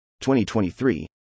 2023